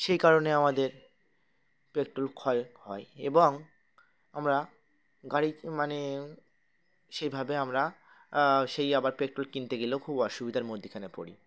সেই কারণে আমাদের পেট্রোল ক্ষয় হয় এবং আমরা গাড়ি মানে সেইভাবে আমরা সেই আবার পেট্রোল কিনতে গেলেও খুব অসুবিধার মধ্যেখানে পড়ি